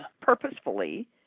purposefully